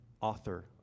author